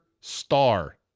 star